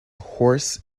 horse